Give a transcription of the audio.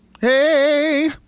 Hey